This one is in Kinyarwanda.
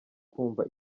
kumva